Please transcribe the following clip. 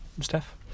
Steph